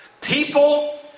People